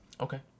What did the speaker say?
Okay